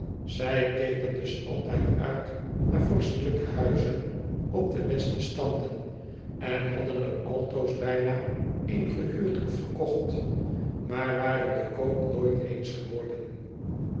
zij keken dus altijd uit naar vorstelijke huizen op de beste standen en hadden er altoos bijna een gehuurd of gekocht maar waren den koop nooit eens geworden